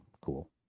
cool